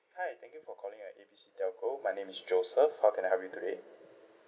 hi thank you for calling at A B C telco my name is joseph how can I help you today